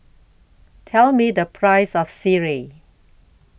Tell Me The Price of Sireh